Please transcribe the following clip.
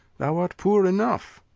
thou art poor enough.